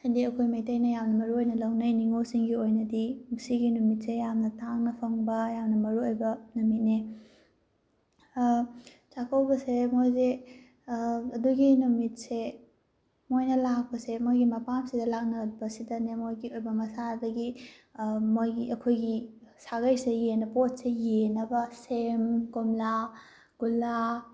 ꯍꯥꯏꯗꯤ ꯑꯩꯈꯣꯏ ꯃꯩꯇꯩꯅ ꯌꯥꯝꯅ ꯃꯔꯨꯑꯣꯏꯅ ꯂꯧꯅꯩ ꯅꯤꯉꯣꯜꯁꯤꯡꯒꯤ ꯑꯣꯏꯅꯗꯤ ꯃꯁꯤꯒꯤ ꯅꯨꯃꯤꯠꯁꯦ ꯌꯥꯝꯅ ꯇꯥꯡꯅ ꯐꯪꯕ ꯌꯥꯝꯅ ꯃꯔꯨꯑꯣꯏꯕ ꯅꯨꯃꯤꯠꯅꯦ ꯆꯥꯛꯀꯧꯕꯁꯦ ꯃꯣꯏꯁꯦ ꯑꯗꯨꯒꯤ ꯅꯨꯃꯤꯠꯁꯦ ꯃꯣꯏꯅ ꯂꯥꯛꯄꯁꯦ ꯃꯣꯏꯒꯤ ꯃꯄꯥꯝꯁꯤꯗ ꯂꯥꯛꯅꯕꯁꯤꯗꯅꯦ ꯃꯣꯏꯒꯤ ꯑꯣꯏꯕ ꯃꯁꯥꯗꯒꯤ ꯃꯣꯏꯒꯤ ꯑꯩꯈꯣꯏꯒꯤ ꯁꯥꯒꯩꯁꯤꯗ ꯌꯦꯟꯕ ꯄꯣꯠꯁꯦ ꯌꯦꯟꯅꯕ ꯁꯦꯝ ꯀꯣꯝꯂꯥ ꯒꯨꯂꯥ